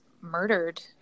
murdered